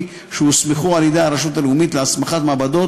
שיוסמכו על-ידי הרשות הלאומית להסמכת מעבדות